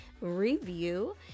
review